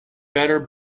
better